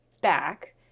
back